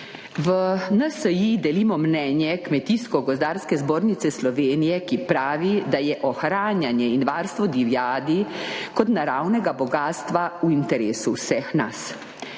V NSi delimo mnenje Kmetijsko-gozdarske zbornice Slovenije, ki pravi, da je ohranjanje in varstvo divjadi kot naravnega bogastva v interesu vseh nas.